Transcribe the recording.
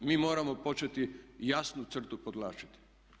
Mi moramo početi jasnu crtu podvlačiti.